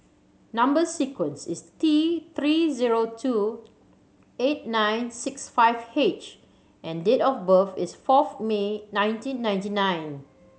number sequence is T Three zero two eight nine six five H and date of birth is fourth May nineteen ninety nine